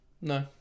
No